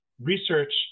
research